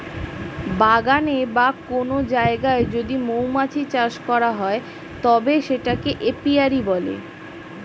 বাগানে বা কোন জায়গায় যদি মৌমাছি চাষ করা হয় তবে সেটাকে এপিয়ারী বলে